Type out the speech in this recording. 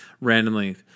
randomly